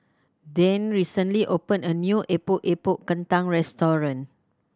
Deane recently opened a new Epok Epok Kentang restaurant